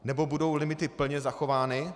Nebo budou limity plně zachovány?